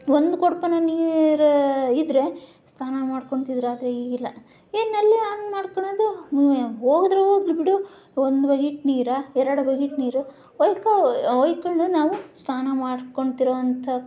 ಒಂದು ಕೊಡಪಾನ ನೀರು ಇದ್ದರೆ ಸ್ಥಾನ ಮಾಡ್ಕೊಳ್ತಿದ್ರು ರಾತ್ರಿ ಈಗಿಲ್ಲ ಏನು ನಲ್ಲಿ ಆನ್ ಮಾಡ್ಕೊಳ್ಳೋದು ಹೋದ್ರೆ ಹೋಗಲಿ ಬಿಡು ಒಂದು ಬಕೆಟ್ ನೀರು ಎರಡು ಬಕೆಟ್ ನೀರು ಹುಯ್ಕೊ ಹುಯ್ಕೊಂಡು ನಾವು ಸ್ನಾನ ಮಾಡ್ಕೊಳ್ತಿರುವಂಥ